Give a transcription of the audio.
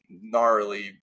gnarly